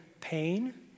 pain